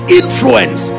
influence